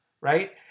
right